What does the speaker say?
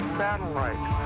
satellite